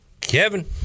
Kevin